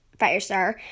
Firestar